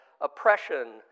oppression